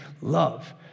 love